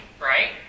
right